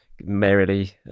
merrily